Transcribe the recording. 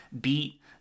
beat